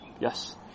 Yes